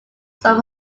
sub